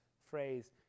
phrase